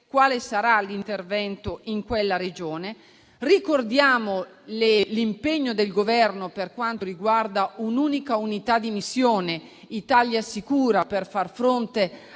quale sarà l'intervento in quella Regione. Ricordiamo l'impegno del Governo per quanto riguarda un'unica unità di missione, Italia Sicura, per far fronte